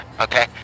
okay